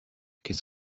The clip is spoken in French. qu’est